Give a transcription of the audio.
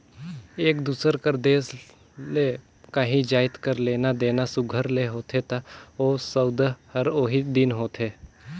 एक दूसर कर देस ले काहीं जाएत कर लेना देना सुग्घर ले होथे ता ओ सउदा हर ओही दिन होथे